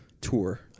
tour